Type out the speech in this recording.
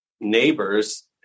neighbors